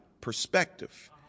perspective